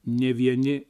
ne vieni